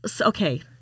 okay